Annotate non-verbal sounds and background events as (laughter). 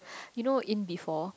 (breath) you in know in B four